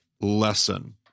lesson